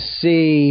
see